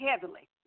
heavily